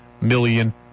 million